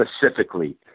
specifically